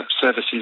services